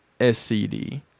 SCD